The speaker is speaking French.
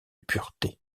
pureté